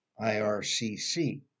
IRCC